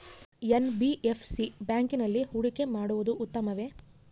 NBFC ಬ್ಯಾಂಕಿನಲ್ಲಿ ಹೂಡಿಕೆ ಮಾಡುವುದು ಉತ್ತಮವೆ?